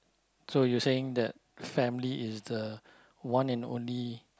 so you saying that family is the one and only